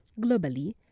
Globally